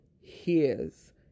hears